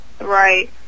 Right